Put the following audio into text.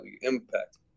Impact